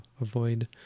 avoid